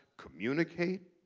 communicate.